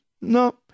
no